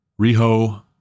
Riho